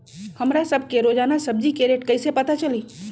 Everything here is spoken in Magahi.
हमरा सब के रोजान सब्जी के रेट कईसे पता चली?